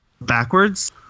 backwards